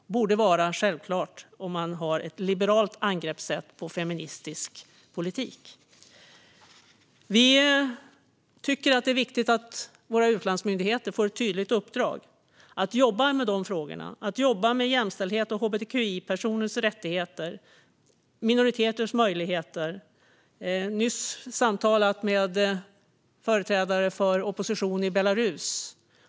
Det borde vara självklart om man har ett liberalt angreppssätt på feministisk politik. Centerpartiet tycker att det är viktigt att Sveriges utlandsmyndigheter får ett tydligt uppdrag att jobba med dessa frågor, med jämställdhet och hbtqi-personers rättigheter och med minoriteters möjligheter. Jag har nyss samtalat med företrädare för oppositionen i Belarus.